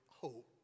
hope